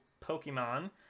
Pokemon